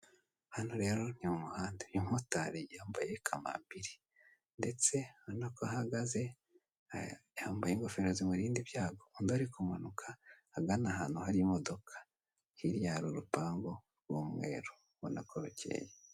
Hano rero ni mumuhanda umumotari yambaye kamambiri ndetse ubona ko ahagaze yamabye ingofero zimurinda ibyago, undi ari kumanuka agana ahantu hari imodoka hirya hari urupangu rw'umweru ubona ko rukeye.